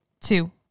two